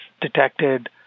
detected